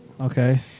Okay